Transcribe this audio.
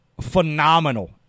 phenomenal